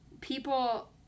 people